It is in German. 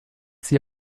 sie